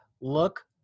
look